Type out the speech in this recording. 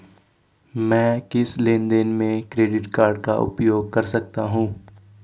मैं किस लेनदेन में क्रेडिट कार्ड का उपयोग कर सकता हूं?